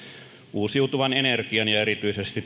uusiutuvan energian ja erityisesti